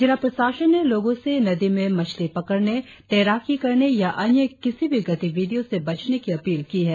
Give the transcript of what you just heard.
जिला प्रशासन ने लोगों से नदी में मछली पकड़ने तैराकी या अन्य किसी भी गतिविधियों से बचने की अपील की है